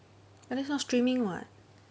but that's not streaming [what]